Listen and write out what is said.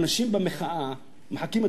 האנשים במחאה מחכים,